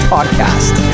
Podcast